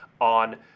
on